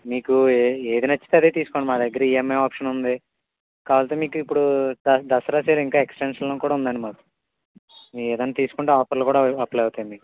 మీకు ఏది నచ్చితే అదే తీసుకోండి మాదగ్గర ఇఎంఐ ఆప్షన్ ఉంది కావాలంటే మీకిప్పుడు దసరా సేల్ ఇంకా ఎక్స్టెంషన్లో కూడా ఉందండి మాకు మీరేదన్నా తీసుకుంటే ఆఫర్లు కూడా అప్లై అవుతాయి మీకు